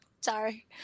sorry